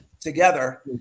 together